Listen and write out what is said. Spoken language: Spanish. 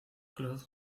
claude